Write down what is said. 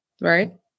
Right